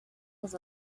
was